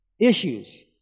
issues